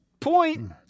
Point